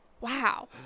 Wow